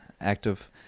active